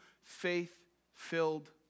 faith-filled